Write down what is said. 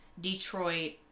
Detroit